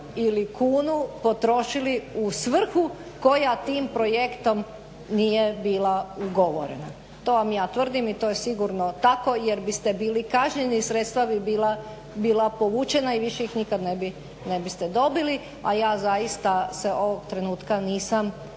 ili kunu potrošili u svrhu koja tim projektom nije bila ugovorena. To vam ja tvrdim i to je sigurno tako jer biste bili kažnjeni i sredstva bi bila povučena i više ih nikad ne biste dobili, a ja zaista se ovog trenutka nisam